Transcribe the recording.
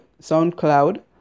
SoundCloud